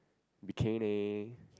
bikini